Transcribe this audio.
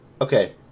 Okay